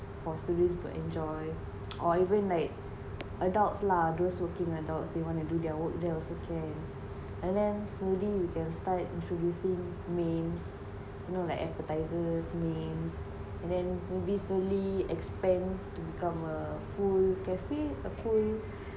for students to enjoy or even like adults lah those working adults they want to do their work there also can and then slowly you can introducing mains you know like appetisers mains and then maybe slowly expand to become a full cafe full a full